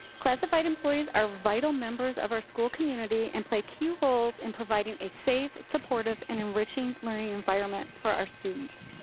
classified employees are vital members of our school community and play key roles in providing a safe, supportive, and enriching learning environment for our students.